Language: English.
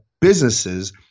businesses